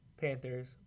Panthers